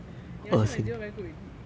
ya three point zero very good already